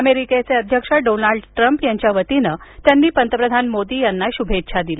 अमेरिकेचे अध्यक्ष Donald Trump यांच्या वतीन त्यांनी पंतप्रधान मोदी यांना शुभेच्छा दिल्या